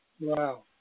Wow